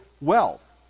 wealth